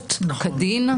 שיפוט כדין.